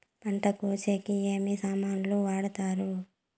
పంట కోసేకి ఏమి సామాన్లు వాడుతారు?